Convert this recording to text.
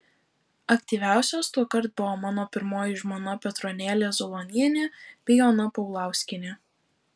aktyviausios tuokart buvo mano pirmoji žmona petronėlė zulonienė bei ona paulauskienė